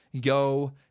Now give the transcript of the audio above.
go